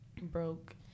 broke